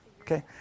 Okay